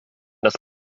das